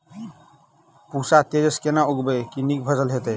पूसा तेजस केना उगैबे की नीक फसल हेतइ?